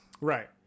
Right